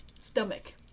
stomach